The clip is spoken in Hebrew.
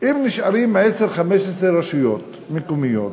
אם נשארות 10 15 רשויות מקומיות